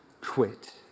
quit